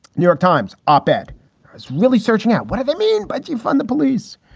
new york times op ed is really searching out. what do they mean by to fund the police?